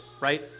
right